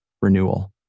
renewal